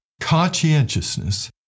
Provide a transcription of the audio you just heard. conscientiousness